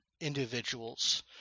individuals